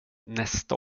nästa